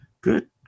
Good